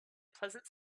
pleasant